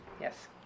yes